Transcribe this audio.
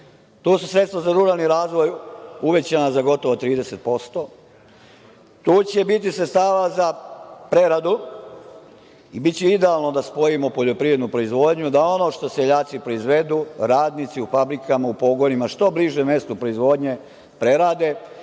To su sredstva za ruralni razvoj uvećana za gotovo 30%. Tu će biti sredstava za preradu i biće idealno da spojimo poljoprivrednu proizvodnju, da ono što seljaci proizvedu, radnici u fabrikama, u pogonima što bliže mestu proizvodnje prerade